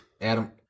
Adam